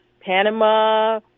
Panama